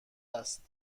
است